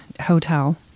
hotel